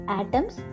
atoms